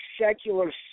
secular